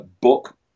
book